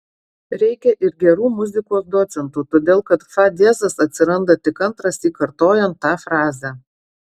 reikia ir gerų muzikos docentų todėl kad fa diezas atsiranda tik antrąsyk kartojant tą frazę